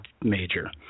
major